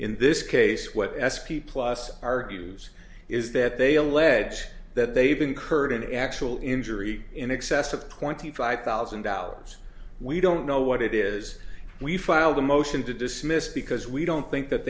in this case what s p plus argues is that they allege that they've incurred an actual injury in excess of twenty five thousand dollars we don't know what it is we filed a motion to dismiss because we don't think that